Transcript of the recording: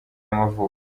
y’amavuko